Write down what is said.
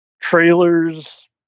trailers